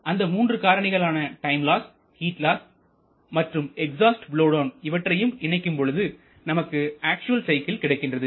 அந்த மூன்று காரணிகளான டைம் லாஸ் ஹீட் லாஸ் மற்றும் எக்ஸாஸ்ட் பலோவ் டவுன் இவற்றையும் இணைக்கும் பொழுது நமக்கு அக்சுவல் சைக்கிள் கிடைக்கிறது